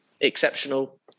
exceptional